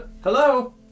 Hello